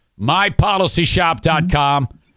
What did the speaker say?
MyPolicyshop.com